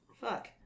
fuck